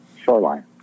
shoreline